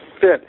fit